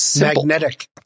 magnetic